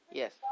yes